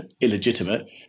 illegitimate